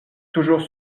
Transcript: toujours